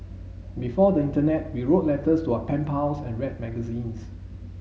before the internet we wrote letters to our pen pals and read magazines